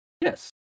yes